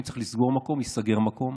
אם צריך לסגור מקום, ייסגר מקום.